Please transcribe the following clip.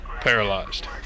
Paralyzed